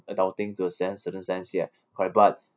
adulting to a sense certain sense ya correct but